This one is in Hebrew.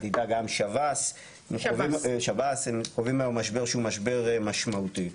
איתה גם שב"ס הם חווים היום משבר שהוא משבר משמעותי.